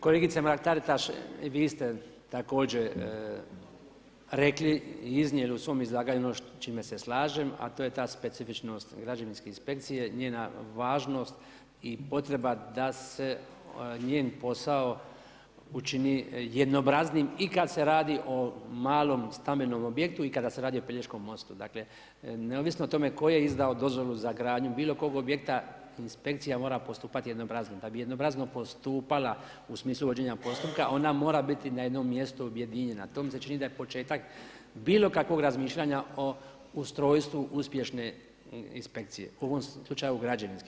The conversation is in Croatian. Kolegice Mrak Taritaš, vi ste također rekli i iznijeli u svom izlaganju ono s čime se slažem a to je ta specifičnost građevinske inspekcije, njena važnost i potreba da se njen posao učini jednoobraznim i kada se radi o malom stambenom objektu i kada se radi o Pelješkom mostu, dakle, neovisno o tome tko je izdao dozvolu za gradnju bilo kog objekta, inspekcija mora postupati jednoobrazno, da bi jednoobrazno postupala u smislu vođenje postupka, ona mora biti na jednom mjestu, objedinjena, to mi se čini da je početak bilo kakvog razmišljanja o ustrojstvu uspješne inspekcije, u ovom slučaju građevinske.